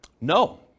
No